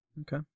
okay